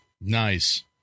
nice